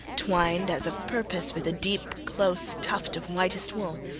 twined as of purpose with a deep close tuft of whitest wool.